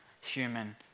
human